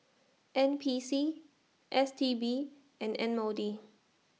N P C S T B and M O D